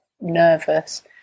nervous